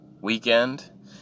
weekend